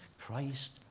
Christ